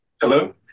Hello